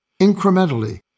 incrementally